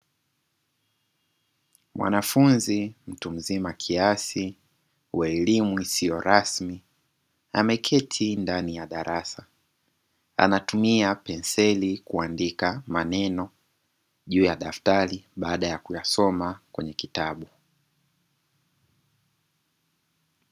Mwanafunzi mtu mzima kiasi wa elimu isiyo rasmi ameketi ndani ya darasa, anatumia penseli kuandika maneno juu ya daftari baada ya kuyasoma kwenye kitabu.